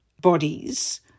bodies